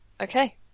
Okay